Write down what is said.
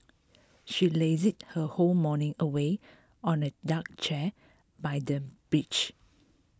she lazed her whole morning away on a deck chair by the beach